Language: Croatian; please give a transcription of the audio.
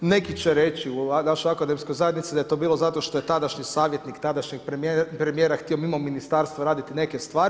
Neki će reći u našoj akademskoj zajednici da je to bilo zato što je tadašnji savjetnik tadašnjeg premijera htio mimo ministarstva raditi neke stvari.